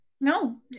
No